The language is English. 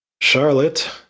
Charlotte